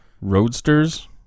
Roadsters